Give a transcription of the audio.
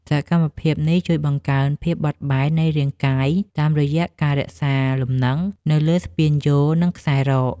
សកម្មភាពនេះជួយបង្កើនភាពបត់បែននៃរាងកាយ តាមរយៈការរក្សាលំនឹងនៅលើស្ពានយោល និងខ្សែរ៉ក។